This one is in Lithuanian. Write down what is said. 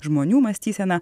žmonių mąstyseną